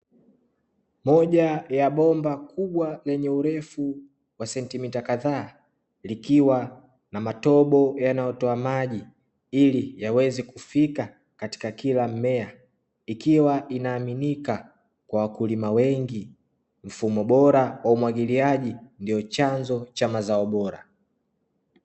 Moja ya bomba kubwa lenye urefu wa sentimita kadhaa, likiwa na matobo yanayotoa maji ili yaweze kufika katika kila mmea ikiwa inaaminika kwa wakulima wengi, mfumo bora wa umwagiliaji ndio chanzo cha mazao bora.